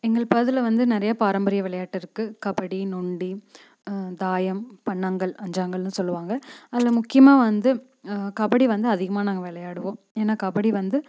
எங்கள் பகுதியில வந்து நிறைய பாரம்பரிய விளையாட்டு இருக்கு கபடி நொண்டி தாயம் பன்னாங்கல் அஞ்சாங்கல்னு சொல்லுவாங்க அதில் முக்கியமாக வந்து கபடி வந்து அதிகமாக நாங்கள் விளையாடுவோம் ஏன்னா கபடி வந்து